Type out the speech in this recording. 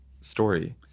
story